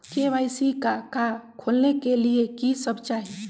KYC का का खोलने के लिए कि सब चाहिए?